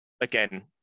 again